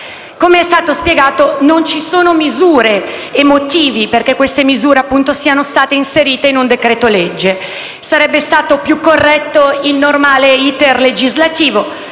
Come è stato spiegato, non ci sono motivi perché queste misure siano state inserite in un decreto-legge: sarebbe stato più corretto il normale *iter* legislativo,